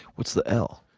what's the l?